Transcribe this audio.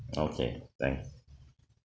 okay thanks